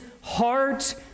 heart